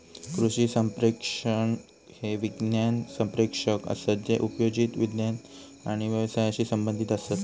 कृषी संप्रेषक हे विज्ञान संप्रेषक असत जे उपयोजित विज्ञान आणि व्यवसायाशी संबंधीत असत